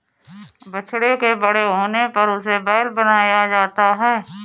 बछड़े के बड़े होने पर उसे बैल बनाया जाता है